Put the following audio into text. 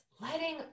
letting